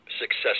success